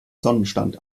sonnenstand